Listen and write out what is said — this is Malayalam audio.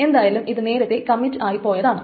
എന്തായാലും ഇത് നേരത്തെ കമ്മിറ്റ് ആയി പോയതാണ്